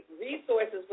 resources